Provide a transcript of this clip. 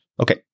Okay